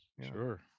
Sure